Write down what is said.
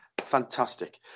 Fantastic